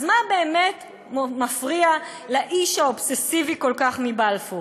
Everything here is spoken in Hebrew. אז מה באמת מפריע לאיש האובססיבי כל כך מבלפור?